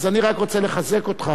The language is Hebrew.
אני רק רוצה לחזק אותך,